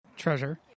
treasure